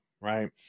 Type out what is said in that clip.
Right